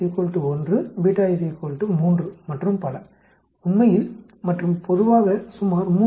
05 1 3 மற்றும் பல உண்மையில் மற்றும் பொதுவாக சுமார் 3